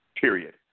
Period